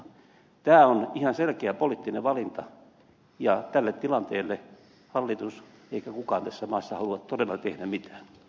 tämä on ihan selkeä poliittinen valinta ja tälle tilanteelle hallitus eikä kukaan tässä maassa halua todella tehdä mitään